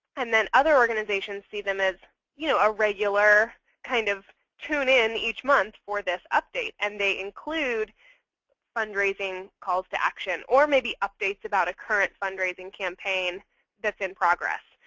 and then other organizations see them as you know a regular kind of tune in each month for this update. and they include fundraising, calls to action, or maybe updates about a current fundraising campaign that's in progress.